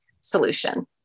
solution